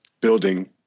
building